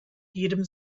jedem